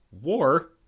War